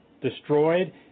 destroyed